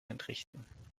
entrichten